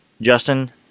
Justin